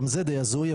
גם זה די הזוי,